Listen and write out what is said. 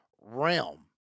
realm